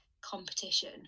competition